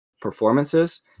performances